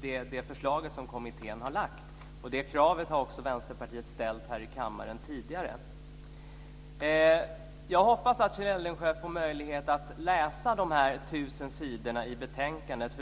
det förslag som kommittén har lagt fram. Detta krav har också Vänsterpartiet ställt här i kammaren tidigare. Jag hoppas att Kjell Eldensjö får möjlighet att läsa de 1 000 sidorna i betänkandet.